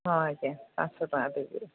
ହଁ ଆଜ୍ଞା ପାଞ୍ଚଶହ ଟଙ୍କା ଦେବି